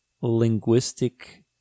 linguistic